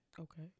okay